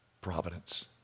Providence